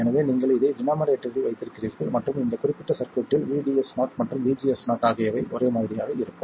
எனவே நீங்கள் இதை டினோமரேட்டரில் வைத்திருக்கிறீர்கள் மற்றும் இந்த குறிப்பிட்ட சர்க்யூட்டில் VDS0 மற்றும் VGS0 ஆகியவை ஒரே மாதிரியாக இருக்கும்